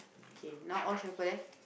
okay now all shuffle eh